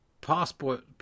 passport